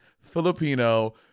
Filipino